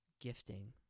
gifting